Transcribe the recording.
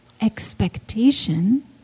expectation